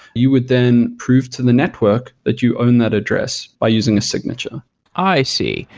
you would then prove to the network that you own that address by using a signature i see.